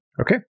Okay